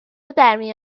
درمی